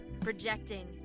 projecting